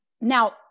Now